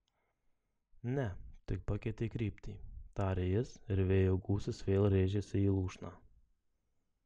ne tik pakeitė kryptį tarė jis ir vėjo gūsis vėl rėžėsi į lūšną